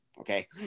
okay